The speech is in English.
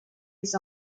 his